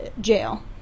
jail